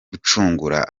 gucungura